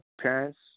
Parents